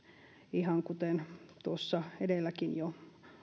ihan kuten tuossa edelläkin jo